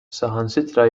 saħansitra